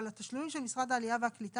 אבל התשלומים של משרד העלייה והקליטה,